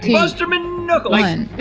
busterman knuckles.